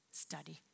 study